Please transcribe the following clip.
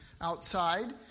outside